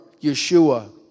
yeshua